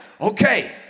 Okay